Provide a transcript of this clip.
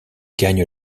gagne